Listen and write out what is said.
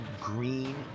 green